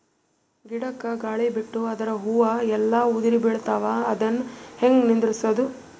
ಗಿಡಕ, ಗಾಳಿ ಬಿಟ್ಟು ಅದರ ಹೂವ ಎಲ್ಲಾ ಉದುರಿಬೀಳತಾವ, ಅದನ್ ಹೆಂಗ ನಿಂದರಸದು?